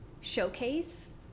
showcase